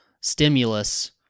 stimulus